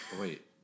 Wait